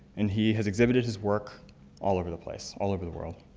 and he has exhibited his work all over the place all over the world.